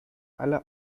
alle